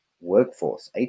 workforce